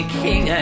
king